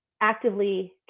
actively